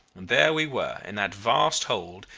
and there we were in that vast hold,